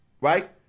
right